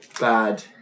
bad